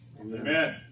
Amen